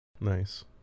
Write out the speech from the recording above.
Nice